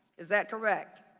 is that correct?